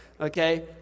okay